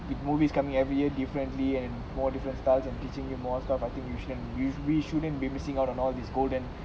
the movies coming every year differently and more different styles of teaching you more stuff I think you shouldn't we shouldn't be missing out on all these golden